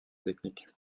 technique